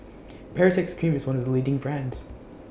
Baritex Cream IS one of The leading brands